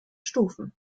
stufen